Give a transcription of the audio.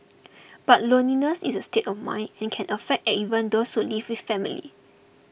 but loneliness is a state of mind and can affect even those who live with family